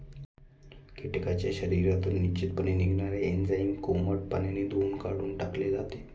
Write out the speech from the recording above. कीटकांच्या शरीरातून निश्चितपणे निघणारे एन्झाईम कोमट पाण्यात धुऊन काढून टाकले जाते